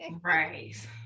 right